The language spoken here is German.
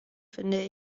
finde